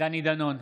דני דנון,